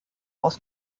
aus